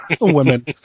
Women